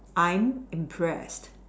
I'm impressed